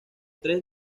tres